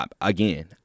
again